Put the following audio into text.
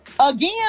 Again